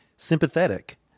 sympathetic